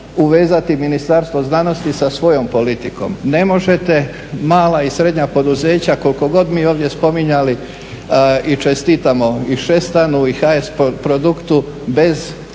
uvezati Ministarstvo znanosti sa svojom politikom. Ne možete mala i srednja poduzeća koliko god mi ovdje spominjali i čestitamo i Šestanu i HS Produktu bez jedne